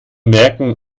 merken